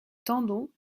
tendon